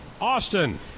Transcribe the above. austin